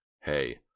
Hey